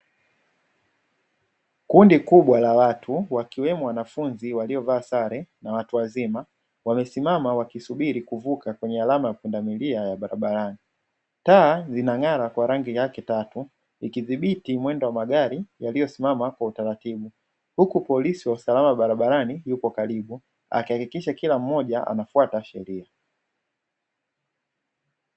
Kundi kubwa la watu wakiwemo wanafunzi waliyovaa sare na watu wazima, wamesimama wakisubiri kuvuka kwenye alama ya pundamilia ya barabarani. Taa zinang'ara kwa rangi yake tatu ikidhibiti mwendo wa magari yaliyosimama kwa utaratibu, huku polisi wa usalama barabarani yuko karibu akihakikisha kila mmoja anafuata sheria.